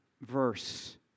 verse